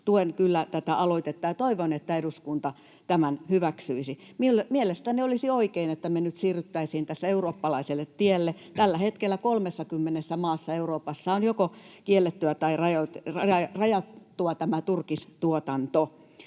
kyllä tätä aloitetta, ja toivon, että eduskunta tämän hyväksyisi. Mielestäni olisi oikein, että me nyt siirryttäisiin tässä eurooppalaiselle tielle. Tällä hetkellä 30 maassa Euroopassa on joko kiellettyä tai rajattua tämä turkistuotanto.